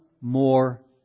more